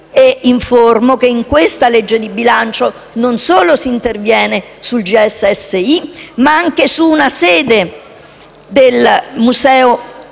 Informo che in questa legge di bilancio non solo si interviene sul GSSI, ma anche su una sede del museo